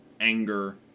anger